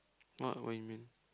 what what you mean